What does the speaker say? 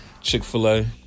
Chick-fil-a